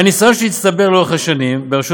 מהניסיון שנצטבר לאורך השנים ברשות